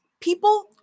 people